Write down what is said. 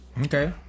okay